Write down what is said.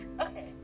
Okay